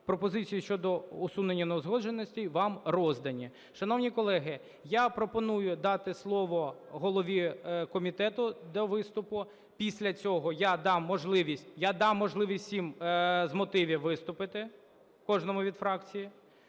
Пропозиції щодо усунення неузгодженостей вам роздані. Шановні колеги, я пропоную дати слово голові комітету для виступу. Після цього я дам можливість, я дам можливість всім з мотивів виступити ,кожному від фракції,